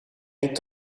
niet